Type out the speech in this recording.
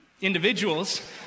individuals